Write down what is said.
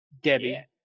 Debbie